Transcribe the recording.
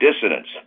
dissonance